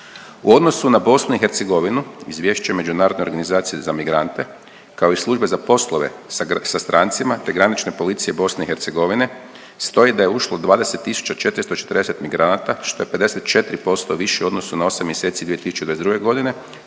U odnosu na Bosnu i Hercegovinu, izvješće međunarodne organizacije za migrante, kao i službe za poslove sa strancima te granične policije Bosne i Hercegovine stoji da je ušlo 20 440 migranata, što je 54% više u odnosu na 8 mjeseci 2022. godine